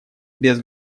без